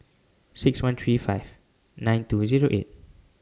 six one three five nine two Zero eight